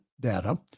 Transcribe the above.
data